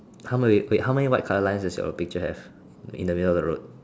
how many wait how many white colour lines does your picture have in the middle of the road